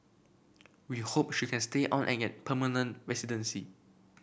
we hope she can stay on and get permanent residency